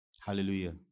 Hallelujah